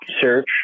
search